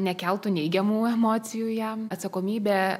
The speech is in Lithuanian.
nekeltų neigiamų emocijų jam atsakomybę